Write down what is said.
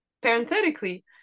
Parenthetically